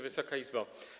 Wysoka Izbo!